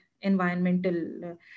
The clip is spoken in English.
environmental